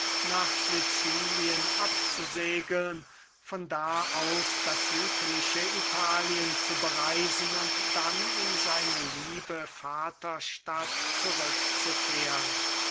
nach sicilien abzusegeln von da aus das südliche italien zu bereisen und dann in seine liebe vaterstadt zurückzukehren